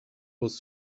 was